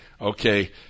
okay